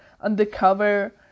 undercover